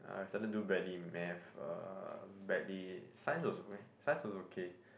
I started to do badly in Math uh badly science was good science was okay